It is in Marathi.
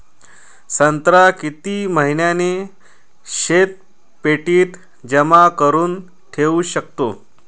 संत्रा किती महिने शीतपेटीत जमा करुन ठेऊ शकतो?